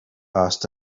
asked